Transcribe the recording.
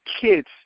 kids